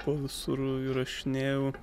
po visur įrašinėjau